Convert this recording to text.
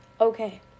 okay